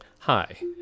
Hi